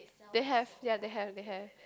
they have ya they have they have